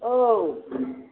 औ